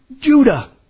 Judah